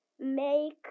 Make